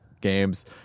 games